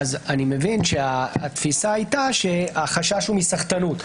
אני מבין שהתפיסה הייתה שהחשש הוא מסחטנות.